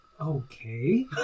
Okay